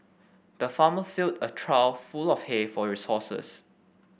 the farmer filled a trough full of hay for your horses